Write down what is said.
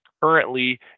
currently